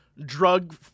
drug